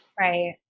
Right